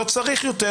לא צריך יותר